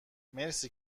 مرسی